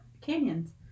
Canyons